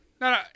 No